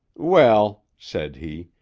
well, said he,